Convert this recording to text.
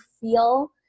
feel